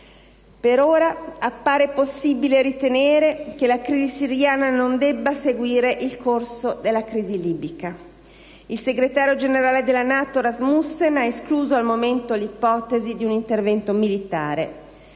Per ora appare possibile ritenere che la crisi siriana non debba seguire il corso di quella libica. Il segretario generale della NATO Rasmussen ha escluso al momento l'ipotesi di un intervento militare.